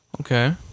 Okay